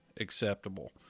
acceptable